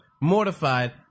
Mortified